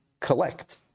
collect